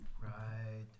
Right